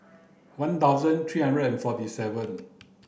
one thousand three hundred and forty seven